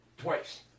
Twice